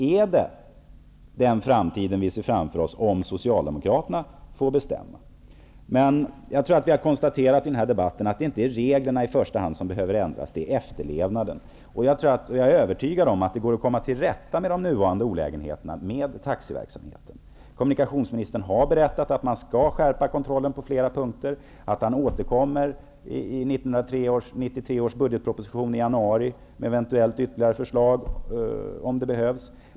Är det den framtid som vi ser framför oss om Socialdemokraterna får bestämma? Vi har i denna debatt konstaterat att det inte i första hand är reglerna som behöver ändras utan efterlevnaden av dem. Jag är övertygad om att det går att komma till rätta med de nuvarande olägenheterna inom taxiverksamheten. Kommunikationsministern har berättat att man skall skärpa kontrollen på flera punkter och att han i januari i 1993 års budgetproposition skall återkomma med ytterligare förslag, om så behövs.